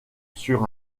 sur